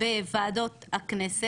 בוועדות הכנסת,